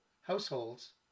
households